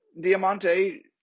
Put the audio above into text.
Diamante